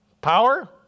Power